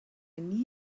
need